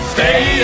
Stay